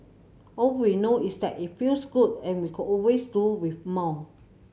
all we know is that it feels good and we could always do with more